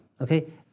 okay